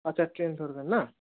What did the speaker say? আচ্ছা ট্রেন ধরবেন না